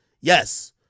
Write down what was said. Yes